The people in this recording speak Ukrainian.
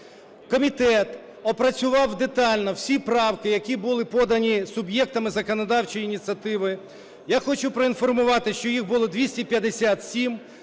Комітет опрацював детально всі правки, які були подані суб'єктами законодавчої ініціативи. Я хочу проінформувати, що їх було 257: